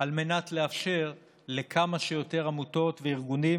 על מנת לאפשר לכמה שיותר עמותות וארגונים